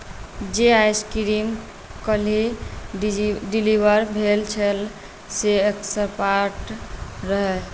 जे आइसक्रीम काल्हि डिलीवर भेल छल से एक्सपायर्ड रहय